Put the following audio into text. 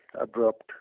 abrupt